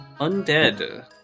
Undead